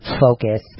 focus